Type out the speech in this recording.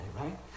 right